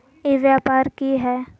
ई व्यापार की हाय?